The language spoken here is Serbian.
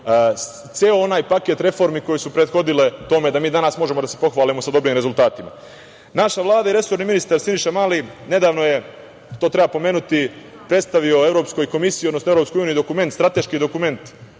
ceo onaj paket reformi koje su prethodile tome da mi danas možemo da se pohvalimo dobrim rezultatima. Naša Vlada i resorni ministar Siniša Mali, nedavno je, to treba pomenuti, predstavio Evropskoj komisiji odnosno EU strateški dokument